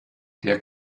der